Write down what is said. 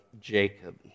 Jacob